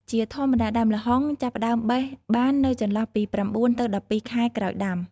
ជាធម្មតា ដើមល្ហុងចាប់ផ្ដើមបេះបាននៅចន្លោះពី ៩ ទៅ ១២ ខែក្រោយដាំ។